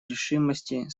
решимости